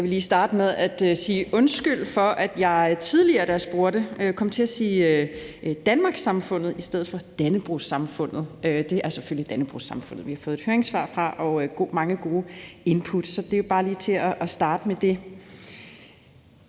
Jeg vil lige starte med at sige undskyld for, at jeg tidligere, da jeg spurgte, kom til at sige Danmarkssamfundet i stedet for Dannebrogs-Samfundet. Det er selvfølgelig Dannebrogs-Samfundet, vi har fået et høringssvar og mange gode input fra. Så det er bare lige for at starte med det.